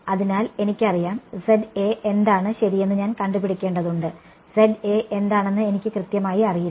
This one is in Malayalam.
അതിനാൽ എനിക്ക് അറിയാം എന്താണ് ശരിയെന്ന് ഞാൻ കണ്ടുപിടിക്കേണ്ടതുണ്ട് എന്താണെന്ന് എനിക്ക് കൃത്യമായി അറിയില്ല